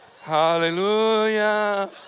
Hallelujah